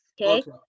Okay